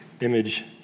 image